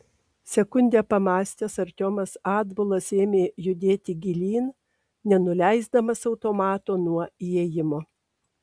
sekundę pamąstęs artiomas atbulas ėmė judėti gilyn nenuleisdamas automato nuo įėjimo